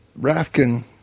Rafkin